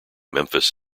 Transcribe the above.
memphis